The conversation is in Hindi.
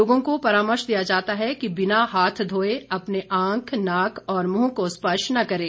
लोगों को परामर्श दिया जाता है कि बिना हाथ धोये अपने आंख नाक और मुंह को स्पर्श न करें